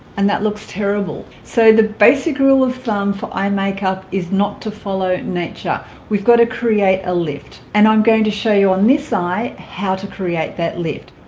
and that looks terrible so the basic rule of thumb for eye makeup is not to follow nature we've got to create a lift and i'm going to show you on this eye how to create that lift